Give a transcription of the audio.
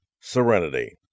serenity